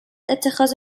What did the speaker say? اتخاذ